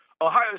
Ohio